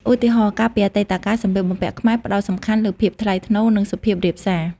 ឧទាហរណ៍ កាលពីអតីតកាល សម្លៀកបំពាក់ខ្មែរផ្តោតសំខាន់លើភាពថ្លៃថ្នូរ និងសុភាពរាបសារ។